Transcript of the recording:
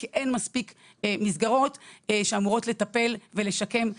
כי אין מספיק מסגרות שאמורות לטפל ולשקם את